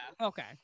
okay